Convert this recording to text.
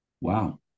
Wow